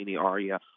aria